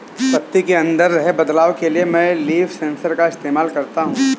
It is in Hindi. पत्ती के अंदर हो रहे बदलाव के लिए मैं लीफ सेंसर का इस्तेमाल करता हूँ